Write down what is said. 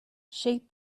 shape